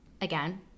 Again